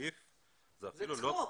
הנגיף זה אפילו לא מתקרב --- זה צחוק.